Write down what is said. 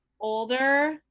older